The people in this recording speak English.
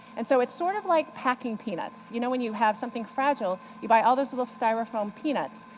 and so it's sort of like packing peanuts, you know when you have something fragile, you buy all those little styrofoam peanuts.